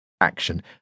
action